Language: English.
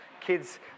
Kids